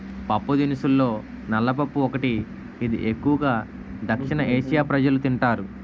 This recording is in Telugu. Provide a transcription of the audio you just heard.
పప్పుదినుసుల్లో నల్ల పప్పు ఒకటి, ఇది ఎక్కువు గా దక్షిణఆసియా ప్రజలు తింటారు